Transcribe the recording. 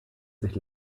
sich